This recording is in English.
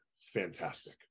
fantastic